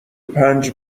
پنج